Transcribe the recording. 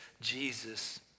Jesus